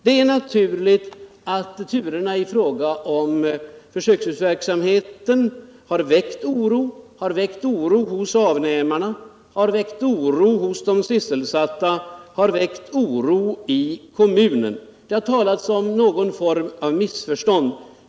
Det är naturligt att turerna i fråga om försöksdjursverksam heten har väckt oro hos avnämarna, hos de sysselsatta och i kommunen. Det har talats om någon form av missförstånd.